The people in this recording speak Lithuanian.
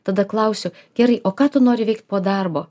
tada klausiu gerai o ką tu nori veikt po darbo